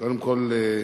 קודם כול,